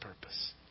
purpose